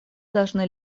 должны